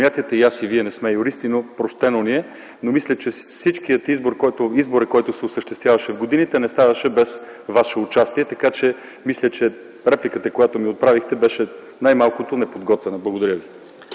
понятията. И аз, и Вие не сме юристи, простено ни е. Мисля, че всичкият избор, който се осъществяваше през годините, не ставаше без ваше участие. Мисля, че репликата, която ми отправихте, беше най-малкото неподготвена. Благодаря ви.